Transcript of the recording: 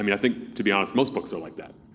i mean i think, to be honest, most books are like that.